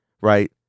right